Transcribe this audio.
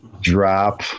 Drop